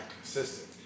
consistent